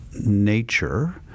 nature